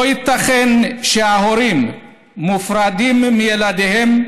לא ייתכן שהורים מופרדים מילדיהם,